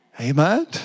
Amen